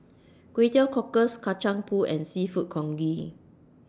Kway Teow Cockles Kacang Pool and Seafood Congee